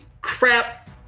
crap